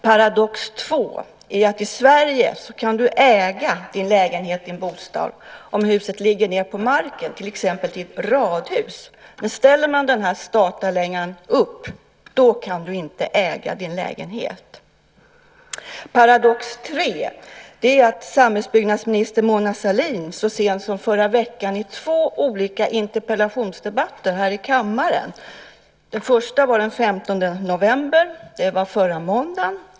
Paradox två är att i Sverige kan du äga din lägenhet, din bostad, om huset ligger nere på marken, till exempel ett radhus. Men ställer man upp den här statarlängan kan du inte äga din lägenhet. Paradox tre gäller att samhällsbyggnadsminister Mona Sahlin så sent som i förra veckan deltog i två olika interpellationsdebatter här i kammaren. Den första var den 15 november. Det var förra måndagen.